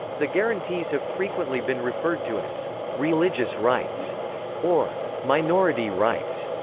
the guarantees have frequently been referred to as religious rights or minority rights.